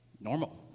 normal